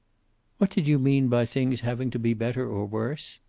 what did you mean by things having to be better or worse?